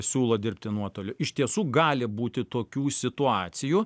siūlo dirbti nuotoliu iš tiesų gali būti tokių situacijų